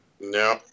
No